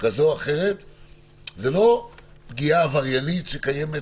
כזו או אחרת --- זו לא פגיעה עבריינית שקיימת